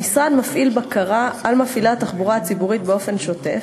המשרד מפעיל בקרה על מפעילי התחבורה הציבורית באופן שוטף,